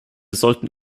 sollten